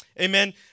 Amen